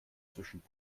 zwischen